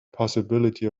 possibility